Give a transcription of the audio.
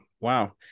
Wow